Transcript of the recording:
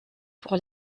pour